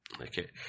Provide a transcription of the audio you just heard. Okay